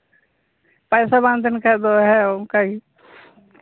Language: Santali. ᱯᱚᱭᱥᱟ ᱵᱟᱝ ᱛᱟᱦᱮᱱ ᱠᱷᱟᱱ ᱫᱚ ᱦᱮᱸ ᱚᱱᱠᱟᱜᱮ